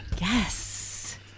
Yes